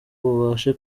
babashe